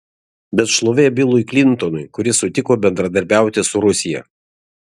bet šlovė bilui klintonui kuris sutiko bendradarbiauti su rusija